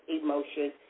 emotions